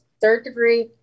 third-degree